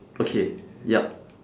okay yup